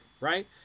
right